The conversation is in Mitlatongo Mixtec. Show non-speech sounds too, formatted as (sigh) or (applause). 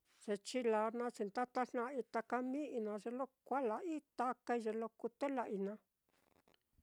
Ye chilaa naá ye nda tajna'ai taka mi'i naá, ye kala'ai taakái ye lo kute la'ai naá. (noise)